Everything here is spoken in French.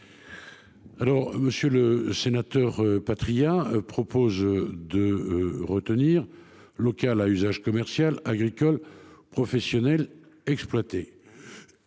Alors Monsieur le Sénateur Patria propose de retenir local à usage commercial agricole professionnel exploiter.